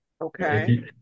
Okay